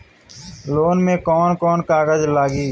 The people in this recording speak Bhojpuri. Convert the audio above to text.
लोन में कौन कौन कागज लागी?